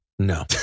No